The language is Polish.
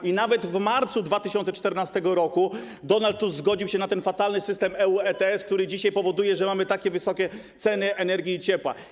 I nawet w marcu 2014 r. Donald Tusk zgodził się na ten fatalny system EU ETS, który dzisiaj powoduje, że mamy takie wysokie ceny energii i ciepła.